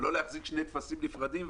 ולא להחזיק שני טפסים נפרדים,